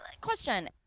question